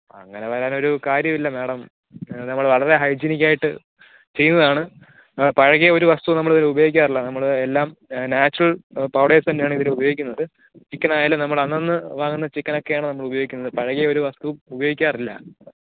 അങ്ങനെ വരാൻ ഒരു കാര്യവുമില്ല മേഡം നമ്മൾ വളരെ ഹൈജീനിക്കായിട്ട് ചെയ്തതാണ് പഴകിയ ഒരു വസ്തുവും നമ്മൾ ഉപയോഗിക്കാറില്ല നമ്മൾ എല്ലാം നാച്ചുറൽ പൗഡേഴ്സ് തന്നെയാണ് ഇതിന് ഉപയോഗിക്കുന്നത് ചിക്കനായാലും നമ്മൾ അന്നന്ന് വാങ്ങുന്ന ചിക്കനെക്കെയാണ് ഉപയോഗിക്കുന്നത് പഴകിയ ഒരു വസ്തു ഉപയോഗിക്കാറില്ല